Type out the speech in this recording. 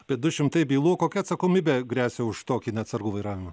apie du šimtai bylų kokia atsakomybė gresia už tokį neatsargų vairavimą